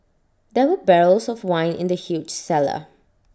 there were barrels of wine in the huge cellar